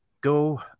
go